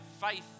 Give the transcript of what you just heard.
faith